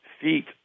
feet